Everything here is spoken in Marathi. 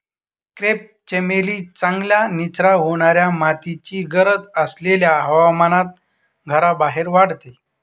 क्रेप चमेली चांगल्या निचरा होणाऱ्या मातीची गरज असलेल्या हवामानात घराबाहेर वाढते